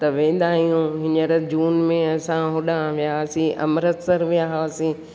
त वेंदा आहियूं हींअर जून में असां होॾा वियासीं अमृतसर में वियासीं